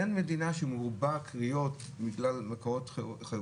אין מדינה שמרובה קריאות חירום,